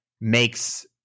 Makes